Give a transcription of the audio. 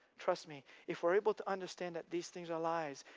trust me, if we're able to understand that these things are lies,